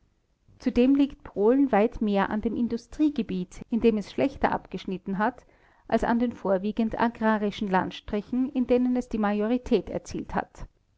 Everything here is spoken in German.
zudem liegt polen weit mehr an dem industriegebiet in dem es schlechter abgeschnitten hat als an den vorwiegend agrarischen landstrichen in denen es die majorität erzielt hat